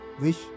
Wish